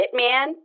Hitman